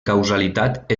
causalitat